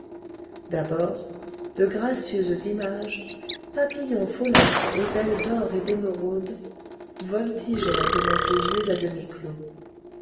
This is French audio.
d'abord de gracieuses images papillons folâtres aux ailes d'or et d'émeraude voltigèrent devant ses yeux à demi clos